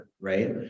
right